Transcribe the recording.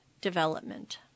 development